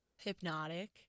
Hypnotic